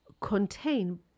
contain